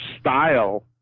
style